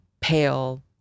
pale